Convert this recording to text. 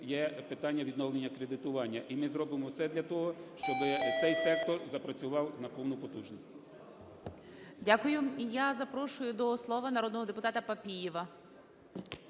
є питання відновлення кредитування. І ми зробимо все для того, щоби цей сектор запрацював на повну потужність. ГОЛОВУЮЧИЙ. Дякую. І я запрошую до слова народного депутата Папієва.